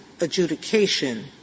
adjudication